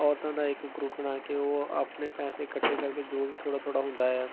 ਔਰਤਾਂ ਦਾ ਇੱਕ ਗਰੁੱਪ ਬਣਾ ਕੇ ਉਹ ਆਪਣੇ ਪੈਸੇ ਇਕੱਠੇ ਕਰਕੇ ਜੋ ਵੀ ਥੋੜ੍ਹਾ ਥੋੜ੍ਹਾ ਹੁੰਦਾ ਆ